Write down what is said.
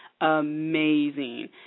amazing